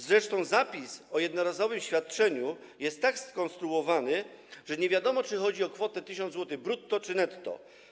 Zresztą zapis o jednorazowym świadczeniu jest tak skonstruowany, że nie wiadomo, czy chodzi o kwotę 1 tys. zł brutto czy netto.